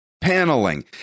Paneling